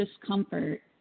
discomfort